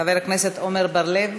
חבר הכנסת עמר בר-לב,